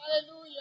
Hallelujah